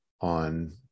on